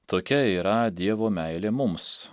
tokia yra dievo meilė mums